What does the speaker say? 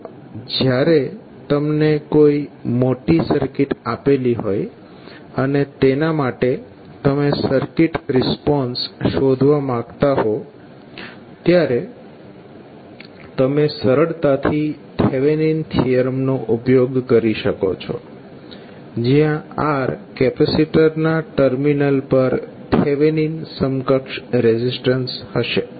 તો જ્યારે તમને કોઈ મોટી સર્કિટ આપેલી હોય અને તેના માટે તમે સર્કિટ રિસ્પોન્સ શોધવા માંગતા હો ત્યારે તમે સરળતાથી થેવેનીન થીયરમ નો ઉપયોગ કરી શકો છો જયાં R કેપેસીટરના ટર્મિનલ પર થેવેનીન સમકક્ષ રેઝિસ્ટન્સ હશે